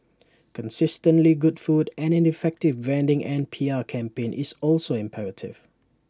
consistently good food and an effective branding and P R campaign is also imperative